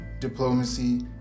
diplomacy